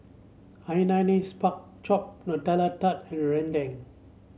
Hainanese Pork Chop Nutella Tart and rendang